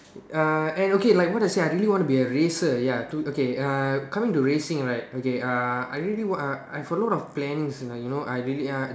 uh and okay like what I said I really want to be a racer ya to okay uh coming to racing right okay uh I really want uh I have lot of plans you know I really uh